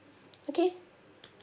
okay